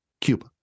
Cuba